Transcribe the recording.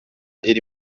iri